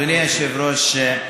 אדוני היושב-ראש,